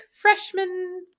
freshman